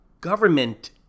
Government